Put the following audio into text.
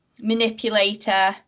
manipulator